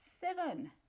Seven